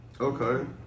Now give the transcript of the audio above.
Okay